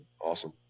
awesome